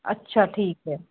ਅੱਛਾ ਠੀਕ ਹੈ